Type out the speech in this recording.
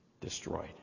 destroyed